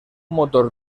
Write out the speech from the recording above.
motor